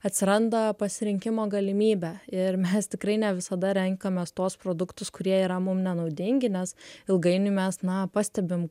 atsiranda pasirinkimo galimybė ir mes tikrai ne visada renkamės tuos produktus kurie yra mum nenaudingi nes ilgainiui mes na pastebim